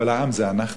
אבל העם זה אנחנו.